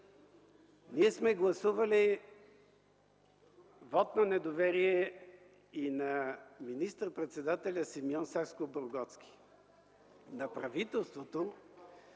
Ние сме гласували вот на недоверие и на министър-председателя Симеон Сакскобургготски. На правителството,